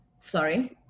Sorry